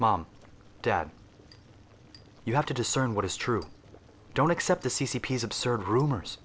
mom dad you have to discern what is true don't accept the c c p is absurd rumors